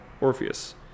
Orpheus